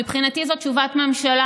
מבחינתי זו תשובת ממשלה,